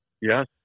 Yes